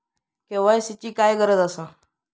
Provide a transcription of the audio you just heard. KYC ची काय गरज आसा?